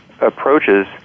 approaches